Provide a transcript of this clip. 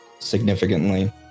significantly